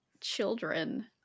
children